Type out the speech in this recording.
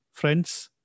friends